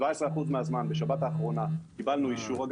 בשבת האחרונה קיבלנו אישור.